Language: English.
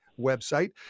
website